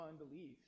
unbelief